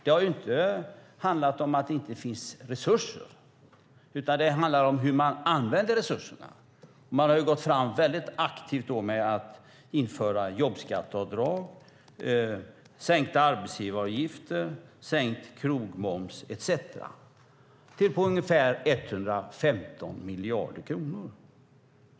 Det har inte handlat om att det inte finns resurser, utan det handlar om hur man använder resurserna. Man har gått fram väldigt aktivt och infört jobbskatteavdrag, sänkta arbetsgivaravgifter, sänkt krogmoms etcetera. Det har kostat ungefär 115 miljarder kronor.